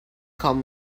come